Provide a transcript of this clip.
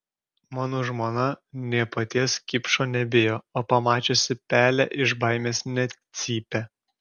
mano žmona nė paties kipšo nebijo o pamačiusi pelę iš baimės net cypia